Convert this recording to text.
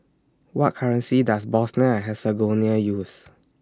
What currency Does Bosnia Herzegovina use